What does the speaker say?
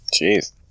Jeez